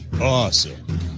awesome